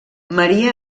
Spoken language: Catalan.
maria